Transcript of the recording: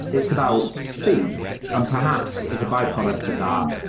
it's about speed and perhaps as a byproduct of that,